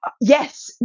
Yes